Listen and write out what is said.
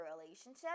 relationship